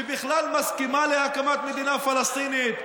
שבכלל מסכימה להקמת מדינה פלסטינית,